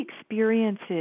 experiences